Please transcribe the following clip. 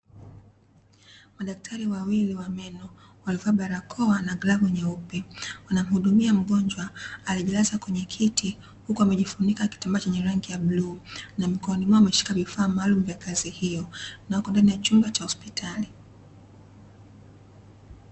Madaktari wawili wa meno, wamevaa barakoa na glavu nyeupe, wanamhudumia mgonjwa aliyejilaza kwenye kiti huku amejifunika kitambaa chenye rangi ya bluu na mikononi mwao wameshika vifaa maalum vya kazi hiyo na wako ndani ya chumba cha hospitali.